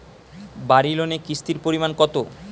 বাড়ি লোনে কিস্তির পরিমাণ কত?